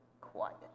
Quiet